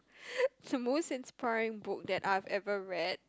the most inspiring book that I've ever read